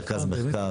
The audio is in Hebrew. מרכז המחקר,